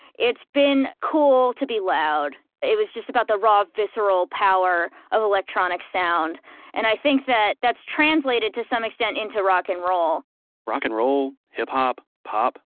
it's been cool to be loud it was just about the raw, visceral power of electronic sound and i think that, that's translated to some extent into rock and roll rock and roll, hip hop, pop.